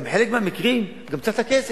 גם בחלק מהמקרים צריך את הכסף,